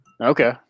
Okay